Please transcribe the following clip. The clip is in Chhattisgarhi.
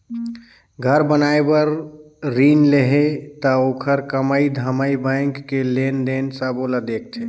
घर बनाए बर रिन लेना हे त ओखर कमई धमई बैंक के लेन देन सबो ल देखथें